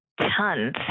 tons